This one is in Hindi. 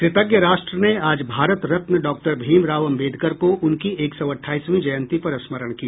कृतज्ञ राष्ट्र ने आज भारत रत्न डॉक्टर भीम राव अंबेडकर को उनकी एक सौ अठाईसवीं जयंती पर स्मरण किया